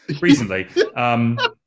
recently